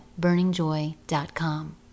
BurningJoy.com